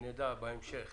כשנדע בהמשך